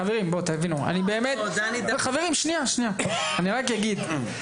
חברים, תבינו, אני באמת, אני רק אגיד.